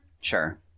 Sure